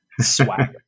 swagger